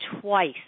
twice